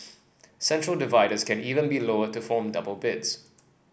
central dividers can even be lowered to form double beds